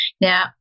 Now